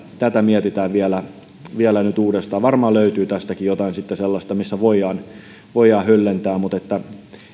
tätä mietitään vielä vielä nyt uudestaan varmaan löytyy tästäkin jotain sellaista missä voidaan voidaan höllentää mutta